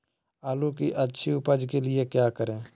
आलू की अच्छी उपज के लिए क्या करें?